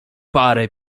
parę